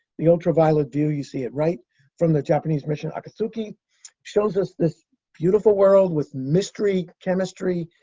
the ultraviolet view you see at right from the japanese mission akatsuki shows us this beautiful world with mystery chemistry,